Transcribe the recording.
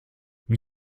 wie